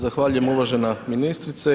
Zahvaljujem uvažena ministrice.